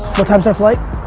what time's our flight?